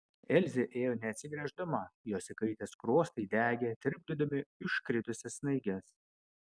elzė ėjo neatsigręždama jos įkaitę skruostai degė tirpdydami užkritusias snaiges